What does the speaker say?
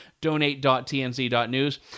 Donate.tnc.news